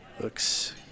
Looks